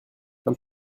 beim